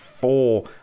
four